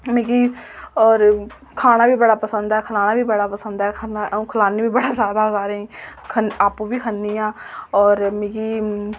मिगी और खाना बी बड़ा पसंद ऐ ते खलाना बी बड़ा पसंद ऐ ते अ'ऊं खलान्नी बी बडा सारें गी आपूं बी खन्नी आं और मिगी